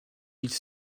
ils